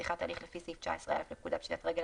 פתיחת הליך לפי סעיף 19א לפקודת פשיטת רגל,